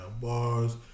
bars